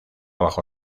bajo